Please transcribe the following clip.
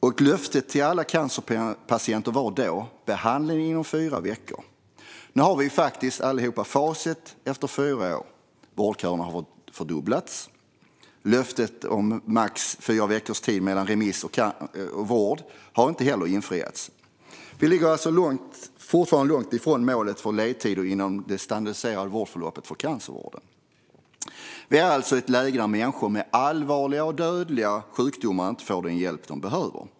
Ett löfte till alla cancerpatienter var då att man skulle få behandling inom fyra veckor. Nu, efter fyra år, har vi facit: vårdköerna har fördubblats. Löftet om max fyra veckor mellan remiss och vård har inte heller infriats. Vi ligger alltså fortfarande långt ifrån målet för ledtider inom det standardiserade vårdförloppet för cancervården. Vi är i ett läge där människor med allvarliga och dödliga sjukdomar inte får den hjälp de behöver.